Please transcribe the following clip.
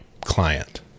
client